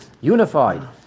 unified